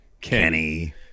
Kenny